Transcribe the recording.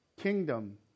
kingdom